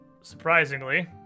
Surprisingly